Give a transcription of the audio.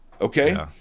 Okay